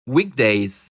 Weekdays